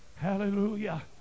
Hallelujah